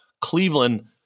Cleveland